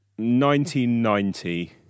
1990